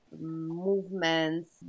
movements